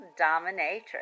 dominatrix